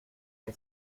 que